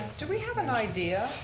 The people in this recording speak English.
do we have an idea,